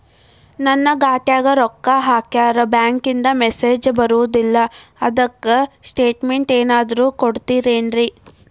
ನನ್ ಖಾತ್ಯಾಗ ರೊಕ್ಕಾ ಹಾಕ್ಯಾರ ಬ್ಯಾಂಕಿಂದ ಮೆಸೇಜ್ ಬರವಲ್ದು ಅದ್ಕ ಸ್ಟೇಟ್ಮೆಂಟ್ ಏನಾದ್ರು ಕೊಡ್ತೇರೆನ್ರಿ?